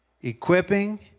equipping